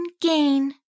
gain